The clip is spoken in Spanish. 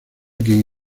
quien